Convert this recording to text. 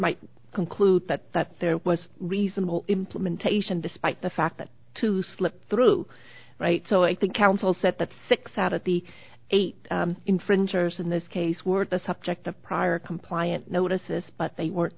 might conclude that that there was reasonable implementation despite the fact that to slip through right so i think counsel said that six out of the eight infringers in this case were the subject of prior compliant notices but they were